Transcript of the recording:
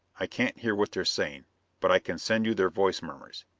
i can't hear what they're saying but i can send you their voice murmurs.